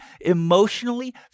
emotionally